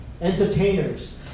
entertainers